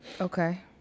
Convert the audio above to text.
okay